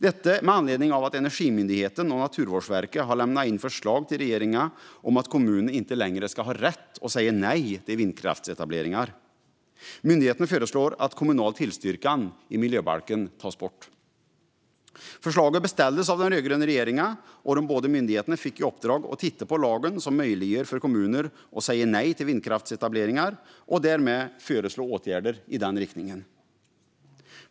Det gör vi med anledning av att Energimyndigheten och Naturvårdsverket har lämnat in förslag till regeringen om att kommuner inte längre ska ha rätt att säga nej till vindkraftsetableringar. Myndigheterna föreslår att kommunal tillstyrkan i miljöbalken ska tas bort. Förslaget beställdes av den rödgröna regeringen. De båda myndigheterna fick i uppdrag att titta på lagen som möjliggör för kommuner att säga nej till vindkraftsetableringar och därmed föreslå åtgärder i den riktningen.